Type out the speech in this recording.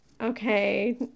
okay